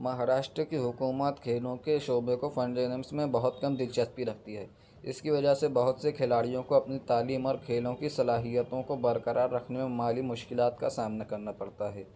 مہاراشٹر کی حکومت کھیلوں کے شعبے کو فنڈنگس میں بہت کم دلچسچی رکھتی ہے اس کی وجہ سے بہت سے کھلاڑیوں کو اپنی تعلیم اور کھیلوں کی صلاحیتوں کو برقرار رکھنے میں مالی مشکلات کا سامنا کرنا پڑتا ہے